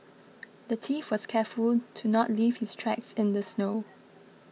the thief was careful to not leave his tracks in the snow